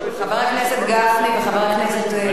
חבר הכנסת גפני וחבר הכנסת מקלב.